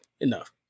enough